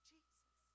Jesus